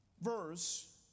verse